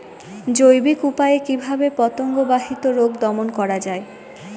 জৈবিক উপায়ে কিভাবে পতঙ্গ বাহিত রোগ দমন করা যায়?